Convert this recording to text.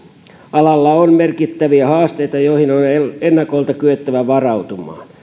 alalla on merkittäviä haasteita joihin on ennakolta kyettävä varautumaan